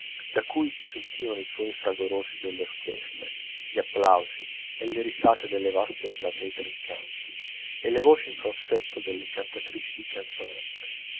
da cui si sentivano i suoni fragorosi delle orchestre gli applausi e le risate delle vaste platee trincanti e le voci in falsetto delle cantatrici di canzonette